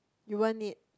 you won't need